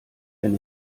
wenn